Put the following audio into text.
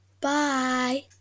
Bye